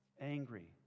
Angry